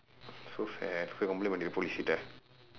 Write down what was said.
so sad போய்:pooi complain பண்ணிடு:pannidu policekittae